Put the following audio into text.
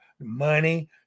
money